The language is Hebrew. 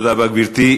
תודה רבה, גברתי.